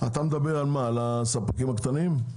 אתה מדבר על הספקים הקטנים?